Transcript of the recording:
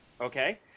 Okay